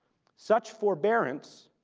such forbearance